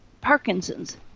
Parkinson's